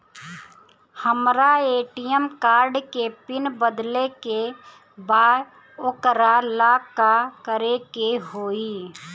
हमरा ATM card के PIN बदले के बा वोकरा ला का करे के होई?